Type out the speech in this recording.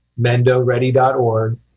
MendoReady.org